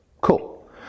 cool